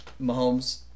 Mahomes